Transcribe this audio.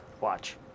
watch